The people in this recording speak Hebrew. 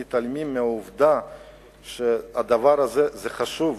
מתעלמים מהעובדה שהדבר הזה חשוב,